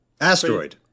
Asteroid